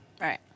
Right